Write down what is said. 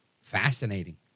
Fascinating